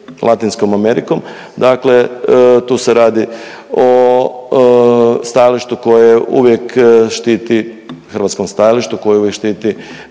Latinskom Amerikom. Dakle, tu se radi o stajalištu koje uvijek štiti, hrvatskom stajalištu koje uvijek štiti